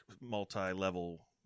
multi-level